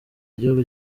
igihugu